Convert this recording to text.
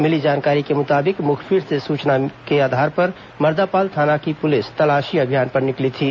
मिली जानकारी के मुताबिक मुखबिर से मिली सूचना के आधार पर मर्दापाल थाना की पुलिस तलाशी अभियान पर निकली थी